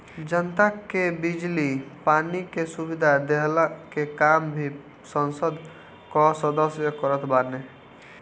जनता के बिजली पानी के सुविधा देहला के काम भी संसद कअ सदस्य करत बाने